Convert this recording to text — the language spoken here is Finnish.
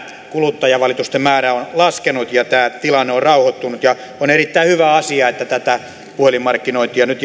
kuluttajavalitusten määrä on laskenut ja tilanne on rauhoittunut on erittäin hyvä asia että tätä puhelinmarkkinointikieltoa nyt